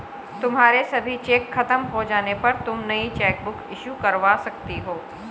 तुम्हारे सभी चेक खत्म हो जाने पर तुम नई चेकबुक इशू करवा सकती हो